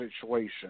situation